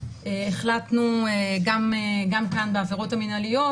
החלטנו גם כאן בעבירות המינהליות,